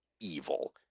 evil